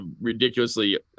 ridiculously